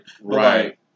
right